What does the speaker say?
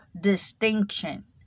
distinction